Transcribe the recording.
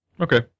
Okay